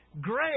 great